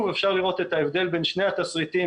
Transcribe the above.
אפשר לראות את ההבדל בין שני התשריטים,